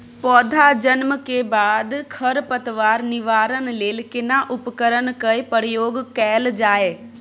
पौधा जन्म के बाद खर पतवार निवारण लेल केना उपकरण कय प्रयोग कैल जाय?